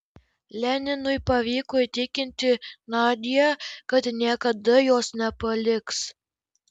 leninui pavyko įtikinti nadią kad niekada jos nepaliks